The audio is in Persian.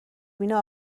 بینه